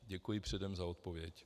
Děkuji předem za odpověď.